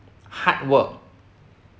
hard work